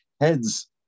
heads